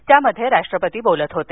त्यामध्ये राष्ट्रपती बोलत होते